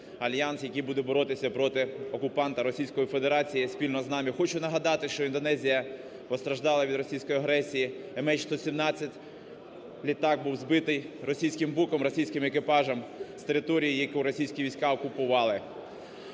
який буде боротися проти окупанта Російської Федерації спільно з нами. Хочу нагадати, що Індонезія постраждала від Російської агресії, МН-117 літак був збитий російським "Буком", російським екіпажем з території, яку російські війська окупували.